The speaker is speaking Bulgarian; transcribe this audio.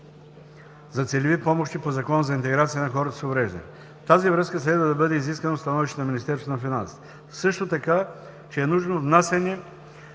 за целеви помощи по Закона за интеграция на хората с увреждания. В тази връзка следва да бъде изискано становище на Министерството на финансите. Също така, че е нужно внасяне